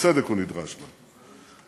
בצדק הוא נדרש לה.